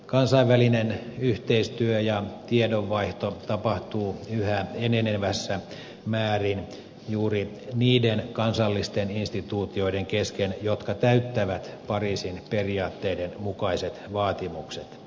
kansainvälinen yhteistyö ja tiedonvaihto tapahtuu yhä enenevässä määrin juuri niiden kansallisten instituutioiden kesken jotka täyttävät pariisin periaatteiden mukaiset vaatimukset